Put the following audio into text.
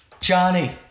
Johnny